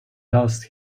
lost